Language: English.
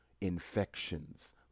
infections